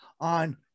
on